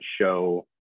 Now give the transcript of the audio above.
show